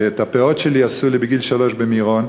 ואת הפאות שלי עשו לי בגיל שלוש במירון,